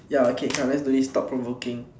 ya okay come let's do this thought provoking